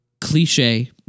Cliche